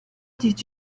did